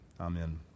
Amen